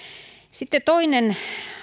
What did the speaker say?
sitten toinen